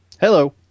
hello